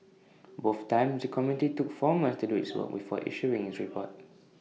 both times the committee took four months to do its work before issuing its report